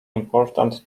important